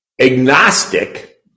agnostic